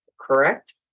correct